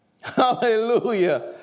Hallelujah